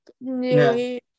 nearly